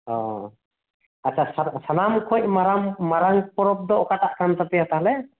ᱚᱻ ᱟᱪᱪᱷᱟ ᱥᱟᱱᱟᱢ ᱠᱷᱚᱱ ᱢᱟᱨᱟᱝ ᱢᱟᱨᱟᱝ ᱯᱚᱨᱚᱵ ᱫᱚ ᱚᱠᱟᱴᱟᱜ ᱠᱟᱱᱛᱟᱯᱮᱭᱟ ᱛᱟᱦᱚᱞᱮ